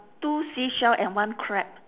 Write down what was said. two seashell and one crab